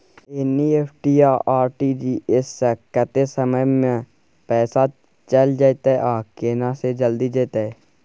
NEFT आ RTGS स कत्ते समय म पैसा चैल जेतै आ केना से जल्दी जेतै?